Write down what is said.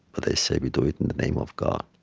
but they say, we do it in the name of god.